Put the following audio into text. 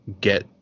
get